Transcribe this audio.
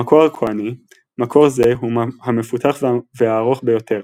המקור הכהני – מקור זה הוא המפותח והארוך ביותר,